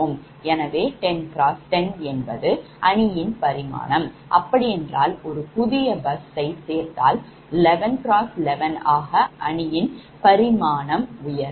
எனவே 10 × 10 என்பது அணியின் பரிமாணம் அப்படிஎன்றால் ஒரு புதிய bus ஸ்ஸைச் சேர்த்தால் 11x11 ஆக அணியின் பரிமாணம் உயரும்